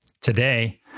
Today